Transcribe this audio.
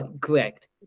Correct